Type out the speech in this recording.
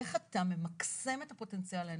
איך אתה ממקסם את הפוטנציאל האנושי.